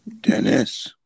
Dennis